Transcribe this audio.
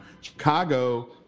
Chicago